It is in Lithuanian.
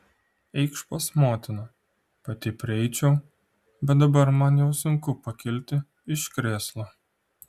eikš pas motiną pati prieičiau bet dabar man jau sunku pakilti iš krėslo